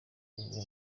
kuvumbura